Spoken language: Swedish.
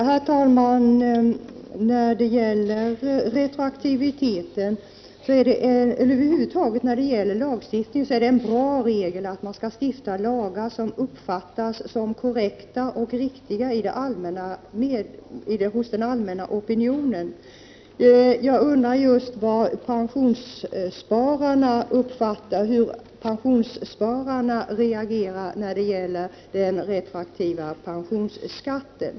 Herr talman! Det är en bra regel när det över huvud taget gäller lagstiftning att man skall stifta lagar som uppfattas som korrekta och riktiga av den allmänna opinionen. Tänk på hur pensionsspararna reagerade inför den retroaktiva pensionsskatten!